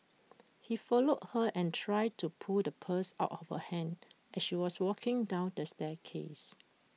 he followed her and tried to pull the purse out of her hand as she was walking down the staircase